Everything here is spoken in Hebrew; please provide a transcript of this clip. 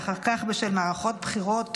ואחר כך בשל מערכות בחירות